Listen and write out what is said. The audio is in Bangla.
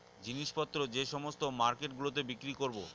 জিনিস পত্র যে সমস্ত মার্কেট গুলোতে বিক্রি করবো